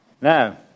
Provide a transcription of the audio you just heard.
Now